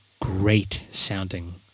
great-sounding